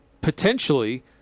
potentially